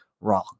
wrong